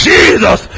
Jesus